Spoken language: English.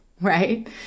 right